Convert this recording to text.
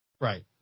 Right